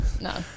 No